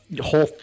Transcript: whole